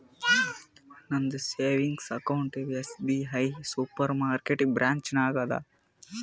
ನಂದ savings account SBI super market branch ನಾಗ್ ಅದಾ